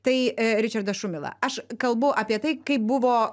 tai e ričardas šumila aš kalbu apie tai kaip buvo